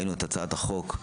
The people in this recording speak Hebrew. ראינו את הצעת החוק,